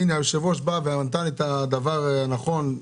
היושב-ראש עשה את הדבר הנכון,